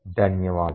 ధన్యవాదాలు